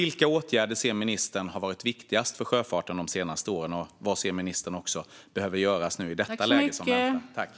Vilka åtgärder anser ministern har varit viktigast för sjöfarten de senaste åren, och vad anser ministern behöver göras i det läge som nu väntar?